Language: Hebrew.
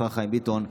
השר חיים ביטון,